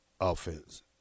offense